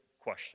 question